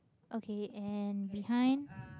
okay and behind